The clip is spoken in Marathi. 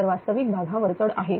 तर वास्तविक भाग हा वरचढ आहे